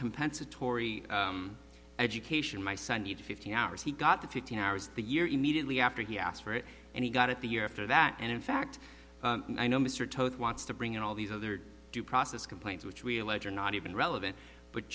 compensatory education my son did fifteen hours he got the fifteen hours the year immediately after he asked for it and he got it the year after that and in fact i know mr toad wants to bring in all these other due process complaints which we allege are not even relevant but